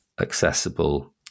accessible